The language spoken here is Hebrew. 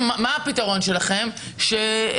שלא יצטרכו להיפגש בבית משפט.